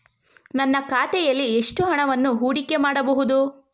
ನನ್ನ ಖಾತೆಯಲ್ಲಿ ಎಷ್ಟು ಹಣವನ್ನು ಹೂಡಿಕೆ ಮಾಡಬಹುದು?